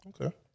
Okay